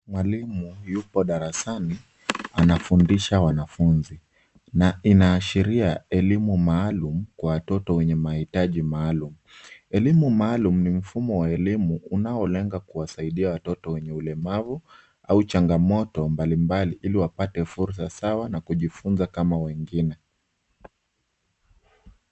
Mwalimu yupo darasani anafundisha wanafunzi na inaashiria elimu maalum kwa watoto wenye mahitaji maalum. Elimu maalum ni mfumo wa elimu unaolenga kuwasaidia watoto wenye ulemavu au changamoto mbalimbali ili wapate fursa sawa na kujifunza kama wengine.